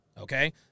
okay